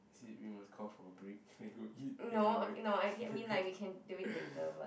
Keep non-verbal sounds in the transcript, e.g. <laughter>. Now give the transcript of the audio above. is it we must call for a break then we go eat then come back <laughs>